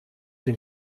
den